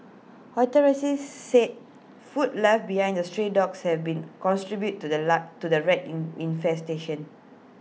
authorities said food left behind the stray dogs have been cons tribute to the to the rat in infestation